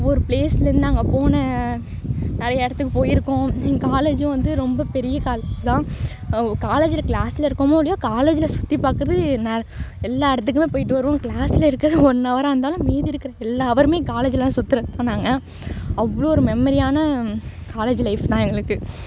ஒவ்வொரு ப்ளேஸ்லேருந்து நாங்கள் போன நிறையா இடத்துக்கு போய்ருக்கோம் எங்கள் காலேஜும் வந்து ரொம்ப பெரிய காலேஜ் தான் காலேஜில் க்ளாஸில் இருக்கோமோ இல்லையோ காலேஜில் சுற்றிப் பாக்கிறது எல்லா இடத்துக்குமே போய்ட்டு வருவோம் க்ளாஸில் இருக்கிறது ஒன் அவராக இருந்தாலும் மீதி இருக்கிற எல்லா அவரும் காலேஜ்லாம் சுத்துறதுதான் நாங்கள் அவ்வளோ ஒரு மெமரியான காலேஜ் லைஃப் தான் எங்களுக்கு